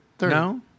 No